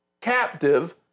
captive